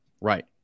right